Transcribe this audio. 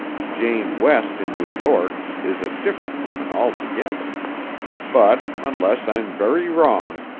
jane west in new york is a different woman altogether but, unless i'm very wrong,